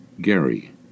Gary